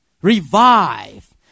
revive